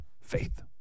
Faith